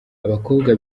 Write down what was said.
abakobwa